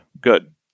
good